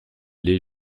l’est